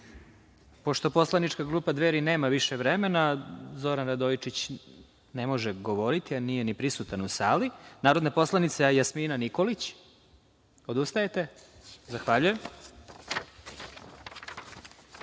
Pošto poslanička grupa Dveri nema više vremena Zoran Radojičić ne može govoriti, a nije ni prisutan u sali. Narodna poslanica Jasmina Nikolić. Odustajete? Zahvaljujem.